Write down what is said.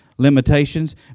Limitations